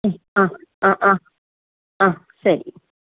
ആ ആ ആ അ ശരി